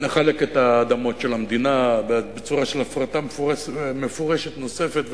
נחלק את האדמות של המדינה בצורה של הפרטה מפורשת נוספת,